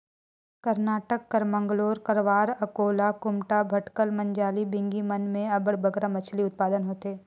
करनाटक कर मंगलोर, करवार, अकोला, कुमटा, भटकल, मजाली, बिंगी मन में अब्बड़ बगरा मछरी उत्पादन होथे